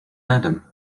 adam